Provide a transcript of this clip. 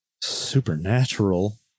supernatural